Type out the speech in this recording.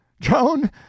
joan